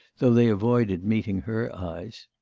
though they avoided meeting her eyes.